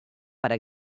para